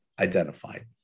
identified